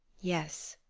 yes,